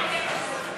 סעיפים 1